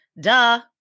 Duh